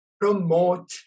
promote